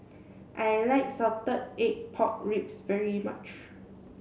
I like salted egg pork ribs very much